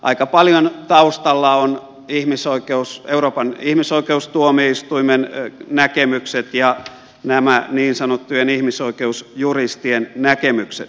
aika paljon taustalla ovat euroopan ihmisoikeustuomioistuimen näkemykset ja nämä niin sanottujen ihmisoikeusjuristien näkemykset